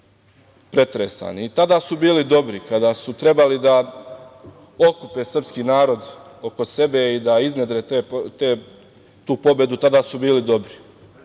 Tada su bili dobri. Kada su trebali da okupe srpski narod oko sebe i da iznedre tu pobedu, tada su bili dobri.